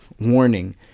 Warning